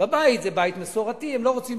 בניגוד מוחלט